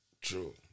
True